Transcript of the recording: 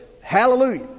Hallelujah